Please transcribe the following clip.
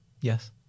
Yes